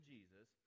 Jesus